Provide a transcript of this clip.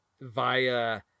via